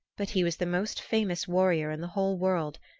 but he was the most famous warrior in the whole world,